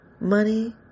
money